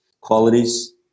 qualities